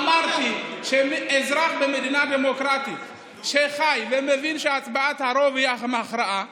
אמרתי שאזרח במדינה דמוקרטית חי ומבין שהצבעת הרוב היא הכרעה דמוקרטית.